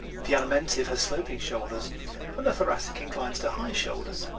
the alimentive has sloping shoulders and the thoracic inclines to high shoulders.